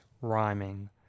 rhyming